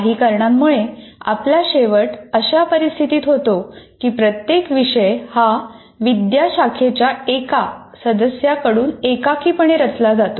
काही कारणामुळे आपला शेवट अशा परिस्थितीत होतो की प्रत्येक विषय हा विद्याशाखेच्या एका सदस्याकडून एकाकीपणे रचला जातो